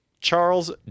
Charles